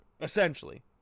essentially